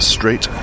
Street